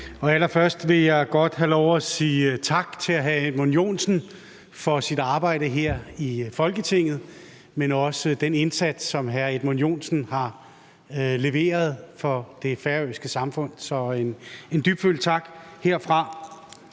Allerførst vil jeg godt have lov at sige tak til hr. Edmund Joensen for hans arbejde her i Folketinget, men også for den indsats, som hr. Edmund Joensen har leveret for det færøske samfund. Så der skal lyde en dybfølt tak herfra.